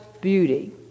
beauty